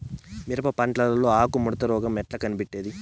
మిరప పంటలో ఆకు ముడత రోగం ఎట్లా కనిపెట్టేది?